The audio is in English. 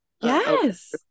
yes